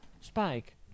Spike